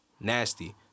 Nasty